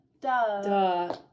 Duh